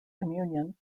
communion